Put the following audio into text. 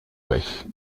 weg